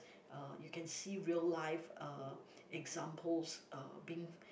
uh you can see real life uh examples uh being